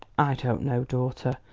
i don't know, daughter,